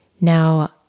Now